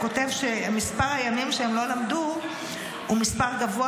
שמספר הימים שהם לא למדו הוא מספר גבוה